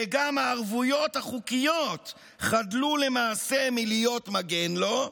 וגם הערבויות החוקיות חדלו למעשה מלהיות מגן לו,